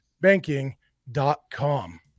Banking.com